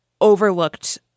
overlooked